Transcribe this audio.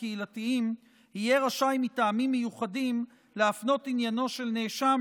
הקהילתיים יהיה רשאי מטעמים מיוחדים להפנות עניינו של נאשם